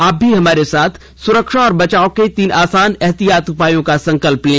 आप भी हमारे साथ सुरक्षा और बचाव के तीन आसान एहतियाती उपायों का संकल्प लें